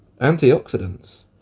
antioxidants